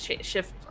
shift